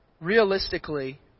realistically